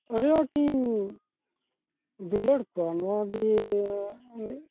ᱟᱹᱰᱤ ᱟᱴᱤᱧ ᱫᱩᱞᱟᱹᱲ ᱠᱚᱣᱟ ᱱᱚᱣᱟᱜᱮᱻ